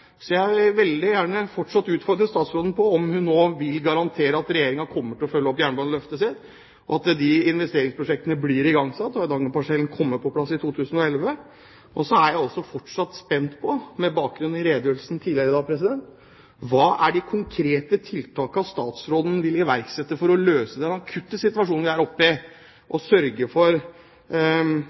Så jeg vil fortsatt utfordre statsråden på om hun nå vil garantere at Regjeringen kommer til å følge opp jernbaneløftet sitt, at disse investeringsprosjektene blir igangsatt, og at Eidangerparsellen kommer på plass i 2011. Så er jeg også spent på, med bakgrunn i redegjørelsen tidligere i dag, hvilke konkrete tiltak statsråden vil iverksette for å løse den akutte situasjonen man er oppe i, slik at man unngår de utfordringene man har hatt de siste ukene, og som har skapt mye trøbbel for